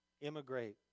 immigrate